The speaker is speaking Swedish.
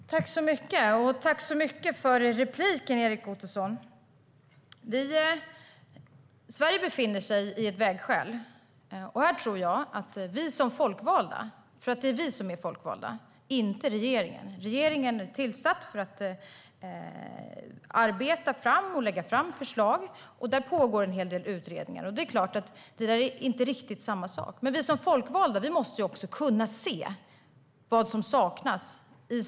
Fru talman! Jag tackar Erik Ottoson så mycket för repliken. Sverige befinner sig vid ett vägskäl. Vi som folkvalda måste kunna se vad som saknas i samhället, i det här fallet inom ramen för it-politiken, och driva frågorna framåt. Och det är vi som är folkvalda, inte regeringen. Regeringen är tillsatt för att arbeta fram och lägga fram förslag, och det pågår en hel del utredningar. Det är klart att det där inte riktigt är samma sak.